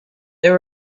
there